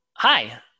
Hi